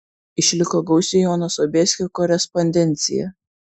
išliko gausi jono sobieskio korespondencija